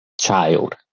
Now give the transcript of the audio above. child